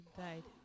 died